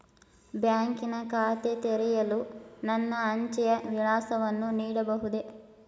ಬ್ಯಾಂಕಿನ ಖಾತೆ ತೆರೆಯಲು ನನ್ನ ಅಂಚೆಯ ವಿಳಾಸವನ್ನು ನೀಡಬಹುದೇ?